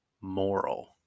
moral